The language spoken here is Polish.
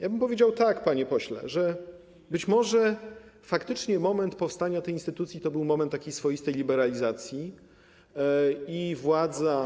Ja bym powiedział, panie pośle, że być może faktycznie moment powstania tej instytucji to był moment takiej swoistej liberalizacji i władza.